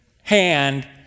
hand